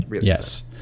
yes